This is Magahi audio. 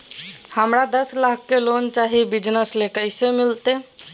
हमरा दस लाख के लोन चाही बिजनस ले, कैसे मिलते?